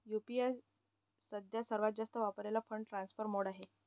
UPI सध्या सर्वात जास्त वापरलेला फंड ट्रान्सफर मोड आहे